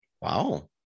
Wow